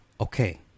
Okay